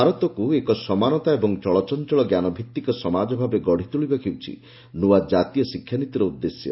ଭାରତକୁ ଏକ ସମାନତା ଏବଂ ଚଳଚଞ୍ଚଳ ଜ୍ଞାନଭିତ୍ତିକ ସମାଜ ଭାବେ ଗଡ଼ିତୋଳିବା ହେଉଛି ନୂଆ ଜାତୀୟ ଶିକ୍ଷାନୀତିର ଉଦ୍ଦେଶ୍ୟ